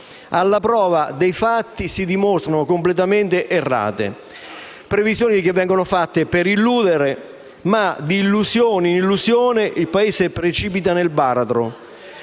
Alla prova dei fatti si dimostrano completamente errate: previsioni che vengono fatte per illudere, ma, di illusione in illusione, il Paese precipita nel baratro,